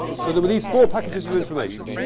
so, there were these four packages of information.